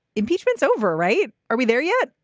impeachment's over, right? are we there yet?